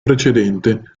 precedente